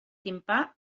timpà